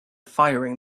firing